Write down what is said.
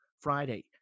Friday